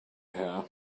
here